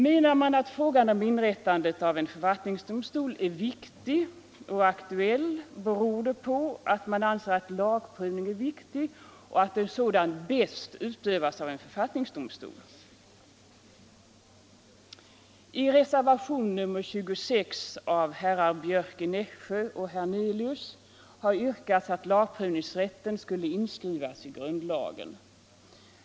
Menar man att frågan om inrättande av en författningsdomstol är viktig och aktuell beror det på att man anser att lagprövning är viktig och att sådan bäst utövas av en författningsdomstol. I reservationen 26 av herr Björck i Nässjö och herr Hernelius yrkas att lagprövningsrätten skall inskrivas i grundlagen.